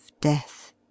death